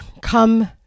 come